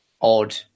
odd